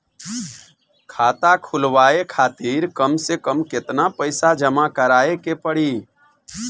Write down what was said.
खाता खुलवाये खातिर कम से कम केतना पईसा जमा काराये के पड़ी?